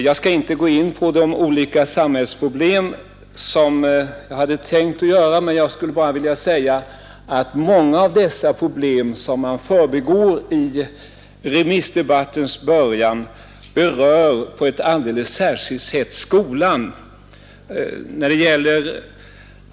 Jag skall inte gå in på de olika samhällsproblem som jag hade tänkt att ta upp. Låt mig bara säga att många av dessa problem, som man förbigår i remissdebattens början, på ett alldeles särskilt sätt berör skolan.